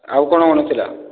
ଆଉ କ'ଣ କ'ଣ ଥିଲା